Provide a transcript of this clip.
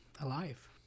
alive